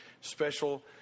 special